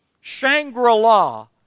Shangri-La